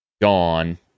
gone